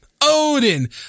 odin